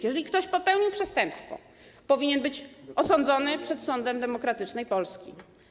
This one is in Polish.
Jeżeli ktoś popełnił przestępstwo, powinien być osądzony przed sądem demokratycznej Polski.